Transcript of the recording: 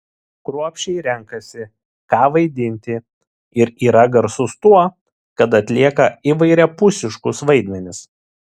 kruopščiai renkasi ką vaidinti ir yra garsus tuo kad atlieka įvairiapusiškus vaidmenis